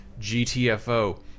GTFO